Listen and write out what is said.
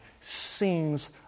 sings